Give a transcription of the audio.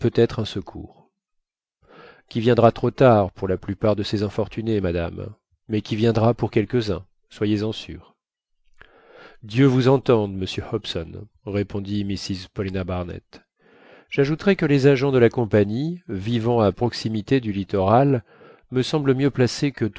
peut-être un secours qui viendra trop tard pour la plupart de ces infortunés madame mais qui viendra pour quelques-uns soyez-en sûre dieu vous entende monsieur hobson répondit mrs paulina barnett j'ajouterai que les agents de la compagnie vivant à proximité du littoral me semblent mieux placés que